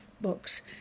books